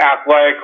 athletically